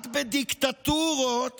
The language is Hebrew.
רק בדיקטטורות